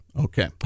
Okay